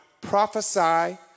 prophesy